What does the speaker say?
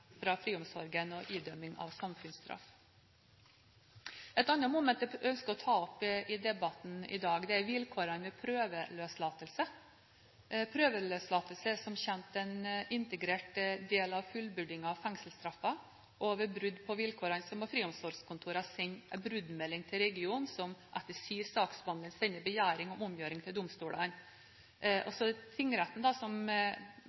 fra friomsorgen og idømming av samfunnsstraff? Et annet moment jeg ønsker å ta opp i debatten i dag, er vilkårene ved prøveløslatelse. Prøveløslatelse er som kjent en integrert del av fullbyrdelsen av fengselsstraffen, og ved brudd på vilkårene må friomsorgskontorene sende bruddmelding til regionen, som etter sin saksbehandling sender begjæring om omgjøring til domstolene. Deretter berammer tingretten saken og gir en dom på gjeninnsettelse, som